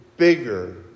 Bigger